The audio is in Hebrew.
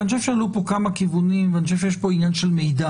כי אני חושב שעלו פה כמה כיוונים ואני חושב שיש פה עניין של מידע,